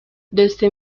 desde